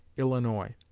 illinois.